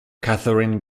catherine